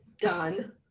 done